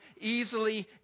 easily